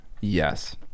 yes